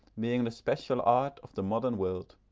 being the special art of the modern world.